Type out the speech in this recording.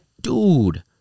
dude